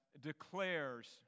declares